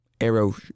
arrow